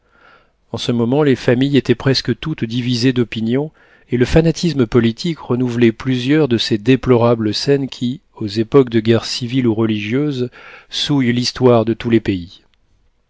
en ce moment les familles étaient presque toutes divisées d'opinion et le fanatisme politique renouvelait plusieurs de ces déplorables scènes qui aux époques de guerre civile ou religieuse souillent l'histoire de tous les pays